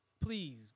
Please